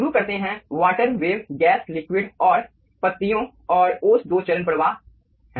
शुरू करते हैं वाटर वेव गैस लिक्विड तथा पत्तियों पर ओस दो चरण प्रवाह है